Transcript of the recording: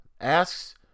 asks